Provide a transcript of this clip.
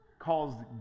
calls